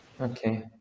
Okay